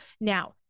Now